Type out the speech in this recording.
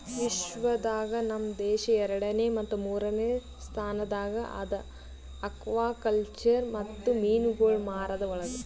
ವಿಶ್ವ ದಾಗ್ ನಮ್ ದೇಶ ಎರಡನೇ ಮತ್ತ ಮೂರನೇ ಸ್ಥಾನದಾಗ್ ಅದಾ ಆಕ್ವಾಕಲ್ಚರ್ ಮತ್ತ ಮೀನುಗೊಳ್ ಮಾರದ್ ಒಳಗ್